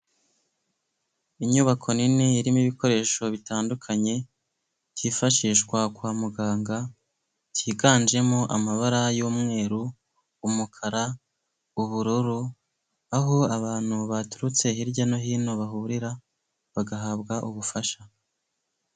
Inyubako nini irimo ibikoresho bitandukanye byifashishwa kwa muganga, byiganjemo amabara y'umweru, umukara, ubururu, aho abantu baturutse hirya no hino bahurira bagahabwa ubufasha.